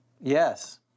Yes